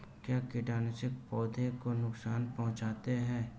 क्या कीटनाशक पौधों को नुकसान पहुँचाते हैं?